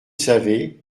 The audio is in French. savez